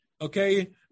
okay